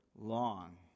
long